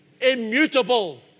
immutable